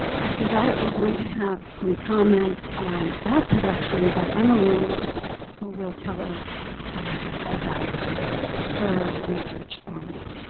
after that we're going to have some comments on that production by emmalin who will tell us about her research on it.